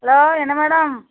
hello என்ன madam